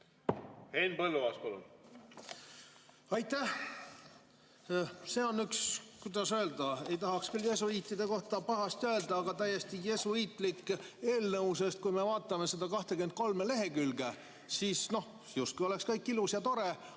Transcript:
asjade üle? Aitäh! See on üks, kuidas öelda – ei tahaks küll jesuiitide kohta pahasti öelda –, täiesti jesuiitlik eelnõu, sest kui me vaatame neid 23 lehekülge, siis justkui oleks kõik ilus ja tore,